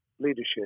leadership